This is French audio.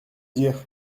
dire